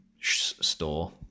store